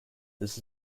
this